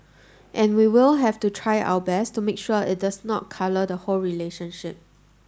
and we will have to try our best to make sure that it does not colour the whole relationship